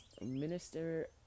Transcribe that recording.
minister